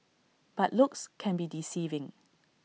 but looks can be deceiving